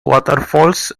waterfalls